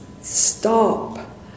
stop